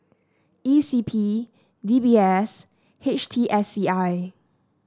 E C P D B S H T S C I